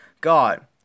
God